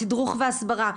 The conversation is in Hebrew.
תדרוך והסברה,